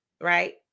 right